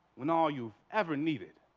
when all you ever needed